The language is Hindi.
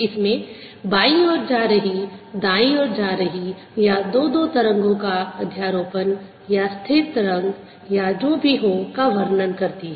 इसमें बाईं ओर जा रही दाईं ओर जा रही या दो दो तरंगों का अध्यारोपण या स्थिर तरंग या जो भी हो का वर्णन करती है